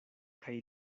kaj